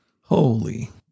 Holy